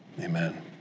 Amen